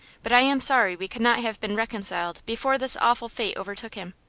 but i am sorry we could not have been reconciled before this awful fate overtook him.